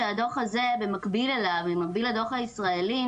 שבמקביל לדוח הזה הישראלי,